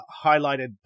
highlighted